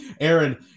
Aaron